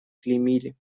клеймили